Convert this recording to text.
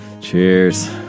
Cheers